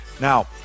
now